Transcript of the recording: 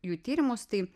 jų tyrimus tai